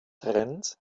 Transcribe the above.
trends